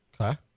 Okay